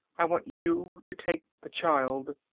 i want you to take the child.